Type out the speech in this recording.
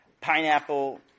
Pineapple